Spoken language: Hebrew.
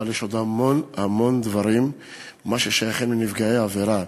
אבל יש עוד המון המון דברים ששייכים לנפגעי עבירה.